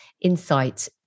insight